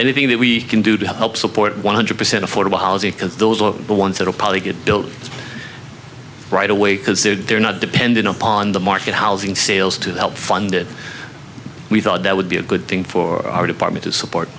everything that we can do to help support one hundred percent affordable housing because those are the ones that will probably get built right away because they're not dependent on the market housing sales to help fund it we thought that would be a good thing for our department of support